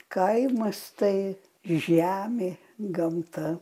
kaimas tai žemė gamta